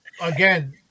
again